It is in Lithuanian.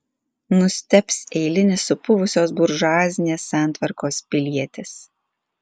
nustebs eilinis supuvusios buržuazinės santvarkos pilietis